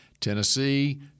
Tennessee